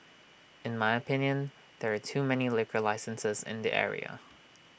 in my opinion there are too many liquor licenses in the area